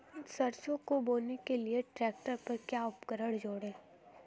सरसों को बोने के लिये ट्रैक्टर पर क्या उपकरण जोड़ें?